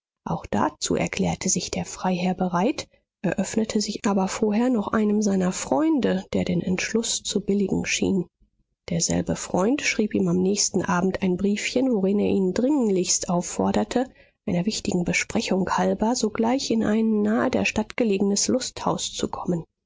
auch dazu erklärte sich der freiherr bereit eröffnete sich aber vorher noch einem seiner freunde der den entschluß zu billigen schien derselbe freund schrieb ihm am nächsten abend ein briefchen worin er ihn dringlichst aufforderte einer wichtigen besprechung halber sogleich in ein nahe der stadt gelegenes lusthaus zu kommen